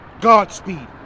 Godspeed